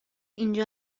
اینجا